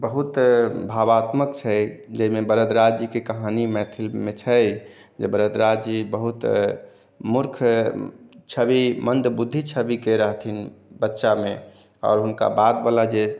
बहुत भावात्मक छै जाहिमे बरदराज जीके कहानी मैथिलीमे छै जे बरदराज जी बहुत मूर्ख छवि मन्दबुद्धि छविके रहथिन बच्चामे आ हुनका बादवला जे